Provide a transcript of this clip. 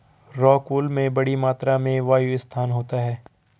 rockwool में बड़ी मात्रा में वायु स्थान होता है